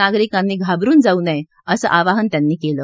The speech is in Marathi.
नागरिकांनी घाबरून जाऊ नये असं आवाहन त्यांनी केलं